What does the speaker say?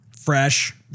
fresh